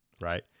right